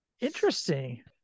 Interesting